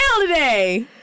today